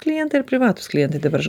klientai ir privatūs klientai dabar aš